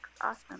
awesome